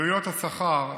עלויות השכר הינן,